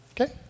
Okay